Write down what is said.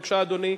בבקשה, אדוני.